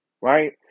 right